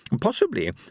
Possibly